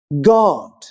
God